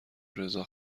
رضا